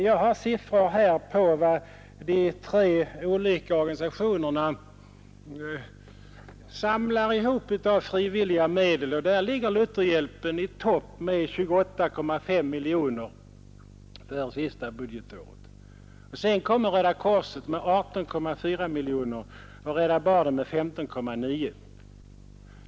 Jag har siffror på vad de tre olika organisationerna samlar in av frivilliga medel. Där ligger Lutherhjälpen i topp med 28,5 miljoner för det senaste budgetåret. Sedan kommer Röda korset med 18,4 miljoner och Rädda barnen med 15,9.